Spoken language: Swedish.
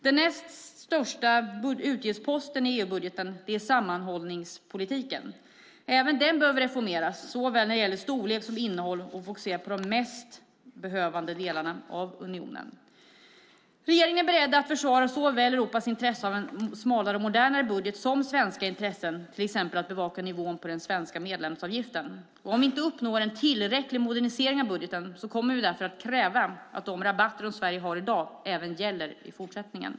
Den näst största utgiftsposten i EU-budgeten är sammanhållningspolitiken. Även den behöver reformeras såväl till storlek som till innehåll och fokusera på de mest behövande delarna av unionen. Regeringen är beredd att försvara såväl Europas intresse av en smalare och modernare budget som svenska intressen, till exempel att bevaka nivån på den svenska medlemsavgiften. Om vi inte uppnår en tillräcklig modernisering av budgeten kommer vi att kräva att de rabatter som Sverige har i dag även gäller i fortsättningen.